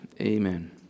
Amen